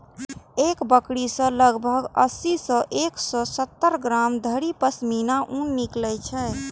एक बकरी सं लगभग अस्सी सं एक सय सत्तर ग्राम धरि पश्मीना ऊन निकलै छै